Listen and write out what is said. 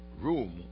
room